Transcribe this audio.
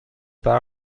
برق